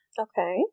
Okay